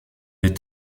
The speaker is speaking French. est